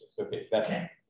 Okay